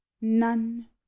none